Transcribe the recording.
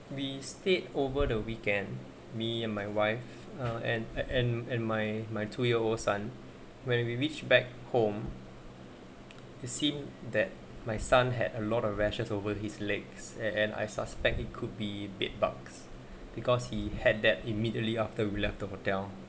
we stayed over the weekend me and my wife ah and and and my my two year old son when we reach back home the seem that my son had a lot of rashes over his legs and I suspect it could be bedbugs because he had that immediately after we left the hotel